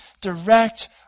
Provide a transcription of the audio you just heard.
direct